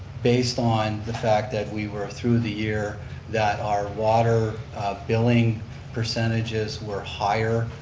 based on the fact that we were through the year that our water billing percentages were higher